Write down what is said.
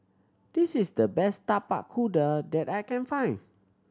this is the best Tapak Kuda that I can find